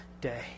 Day